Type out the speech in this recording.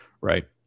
Right